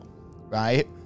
Right